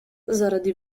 zaradi